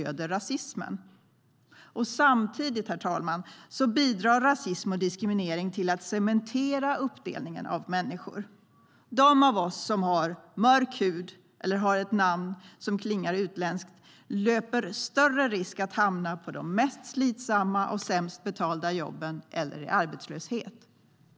Samtidigt, herr talman, bidrar rasism och diskriminering till att cementera uppdelningen av människor.